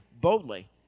boldly